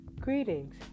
Greetings